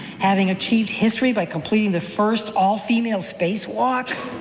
having achieved history by completing the first all-female spacewalk?